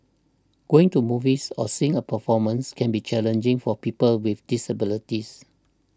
going to movies or seeing a performance can be challenging for people with disabilities